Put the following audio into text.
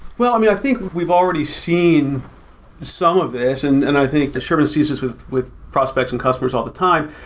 well, i mean, i think we've already seen some of this, and and i think the service sees this with with prospects and customers all the time,